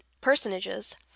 personages